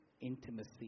intimacy